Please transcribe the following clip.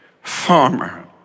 farmer